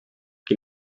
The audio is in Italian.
che